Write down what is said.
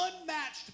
unmatched